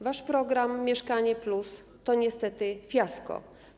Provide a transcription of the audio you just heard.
Wasz program „Mieszkanie+” to niestety fiasko.